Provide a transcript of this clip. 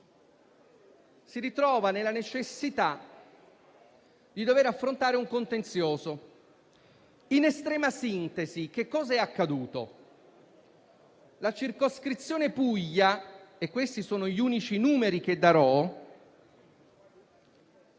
si ritrova nella necessità di dover affrontare un contenzioso. In estrema sintesi, è accaduto che la circoscrizione Puglia - questi sono gli unici numeri che darò